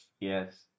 Yes